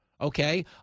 okay